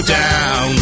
down